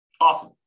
Awesome